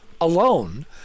alone